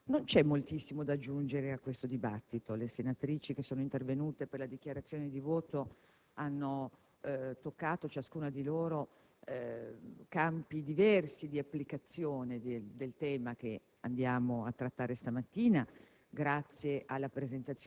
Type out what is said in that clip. non c'è moltissimo da aggiungere a questo dibattito. Le senatrici che sono intervenute in dichiarazione di voto hanno toccato, ognuna di loro, campi diversi di applicazione del tema che stiamo trattando stamattina